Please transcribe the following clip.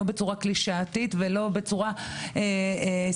לא בצורה קלישאתית ולא בצורת סיסמאות,